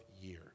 year